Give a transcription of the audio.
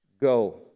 Go